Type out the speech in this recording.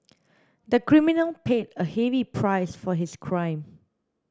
the criminal paid a heavy price for his crime